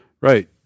Right